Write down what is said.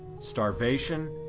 starvation,